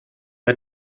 hat